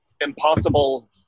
impossible